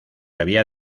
había